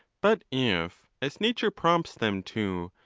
but if, as nature prompts them to,